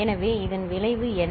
எனவே இதன் விளைவு என்ன